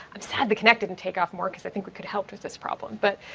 i'm sad the connect didn't take off more because i think we could helped with this problem. but,